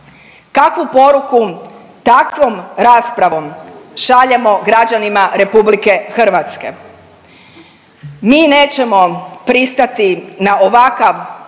Kakvu poruku takvom raspravom šaljemo građanima RH? Mi nećemo pristati na ovakav